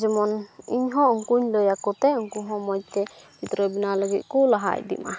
ᱡᱮᱢᱚᱱ ᱤᱧᱦᱚᱸ ᱩᱱᱠᱩᱧ ᱞᱟᱹᱭᱟᱠᱚᱛᱮ ᱩᱱᱠᱩ ᱦᱚᱸ ᱢᱚᱡᱽᱛᱮ ᱪᱤᱛᱛᱨᱚ ᱵᱮᱱᱟᱣ ᱞᱟᱹᱜᱤᱫ ᱠᱚ ᱞᱟᱦᱟ ᱤᱫᱤᱜᱼᱢᱟ